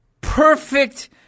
perfect